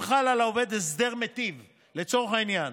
אם חל על העובד הסדר מיטיב, לצורך העניין,